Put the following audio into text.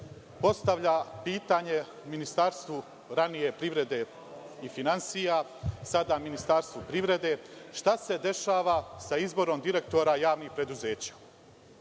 postavlja pitanje Ministarstvu, ranije, privrede i finansija, sada Ministarstvu privrede – šta se dešava sa izborom direktora javnih preduzeća?